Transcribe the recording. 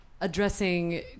addressing